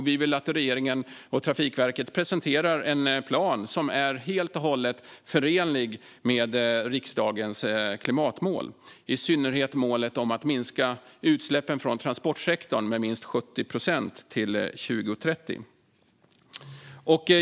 Vi vill att regeringen och Trafikverket ska presentera en plan som är helt och hållet förenlig med riksdagens klimatmål, i synnerhet målet att minska utsläppen från transportsektorn med minst 70 procent till 2030.